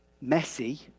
messy